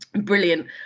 Brilliant